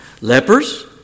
Lepers